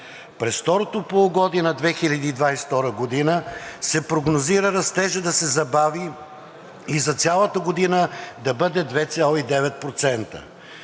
През второто полугодие на 2022 г. се прогнозира растежът да се забави и за цялата година да бъде 2,9%.